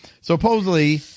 supposedly